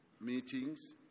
meetings